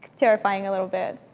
terrifying a little bit.